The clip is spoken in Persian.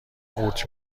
قورت